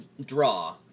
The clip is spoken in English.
draw